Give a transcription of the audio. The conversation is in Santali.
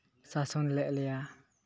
ᱥᱟᱥᱚᱱ ᱞᱮᱫ ᱞᱮᱭᱟ